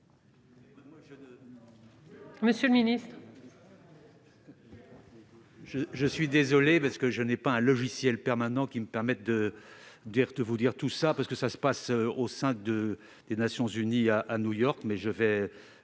monsieur le ministre,